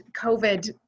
COVID